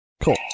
cool